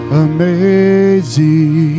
amazing